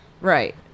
Right